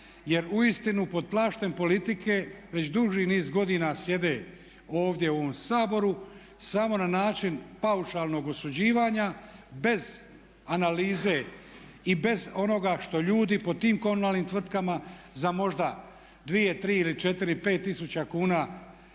jer uistinu pod plaštem politike već duži niz godina sjede ovdje u ovom Saboru samo na način paušalnog osuđivanja bez analize i bez onoga što ljudi po tim komunalnim tvrtkama za možda 2, 3 ili 4, 5 tisuća kuna